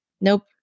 nope